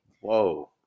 Whoa